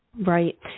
Right